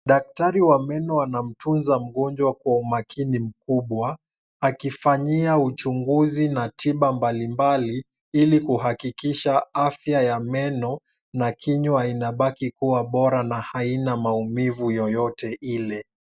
Daktari wa meno anamtunza mgonjwa kwa umakini mkubwa, akifanyia uchunguzi na tiba mbalimbali ili kuhakikisha afya ya meno na kinywa inabaki kuwa bora na haina maumivu yoyote ile.